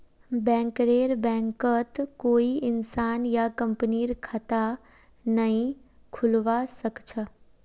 बैंकरेर बैंकत कोई इंसान या कंपनीर खता नइ खुलवा स ख छ